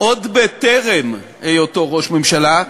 עוד בטרם היותו ראש הממשלה,